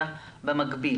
כי זו עבודתכם.